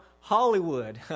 Hollywood